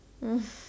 um